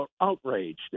outraged